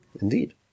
Indeed